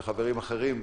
וחברים אחרים,